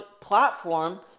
platform